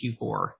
Q4